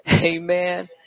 amen